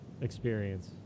experience